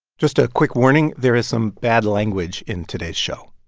just a quick warning there is some bad language in today's show